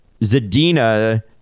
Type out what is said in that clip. Zadina